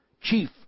chief